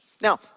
now